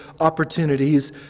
opportunities